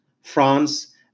France